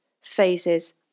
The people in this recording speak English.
phases